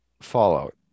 Fallout